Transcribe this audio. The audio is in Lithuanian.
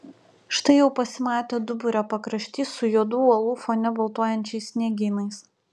štai jau pasimatė duburio pakraštys su juodų uolų fone baltuojančiais sniegynais